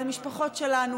המשפחות שלנו,